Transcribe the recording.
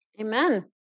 Amen